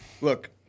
Look